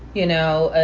you know,